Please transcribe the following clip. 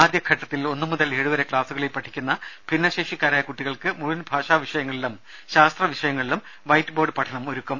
ആദ്യഘട്ടത്തിൽ മുതൽ ഏഴുവരെ ക്ലാസുകളിൽ പഠിക്കുന്ന ഒന്നു ഭിന്നശേഷിക്കാരായ കുട്ടികൾക്ക് മുഴുവൻ ഭാഷാ വിഷയങ്ങളിലും ശാസ്ത്ര വിഷയങ്ങളിലും വൈറ്റ് ബോർഡ് പഠനം ഒരുക്കും